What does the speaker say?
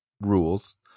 rules